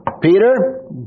Peter